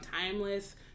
timeless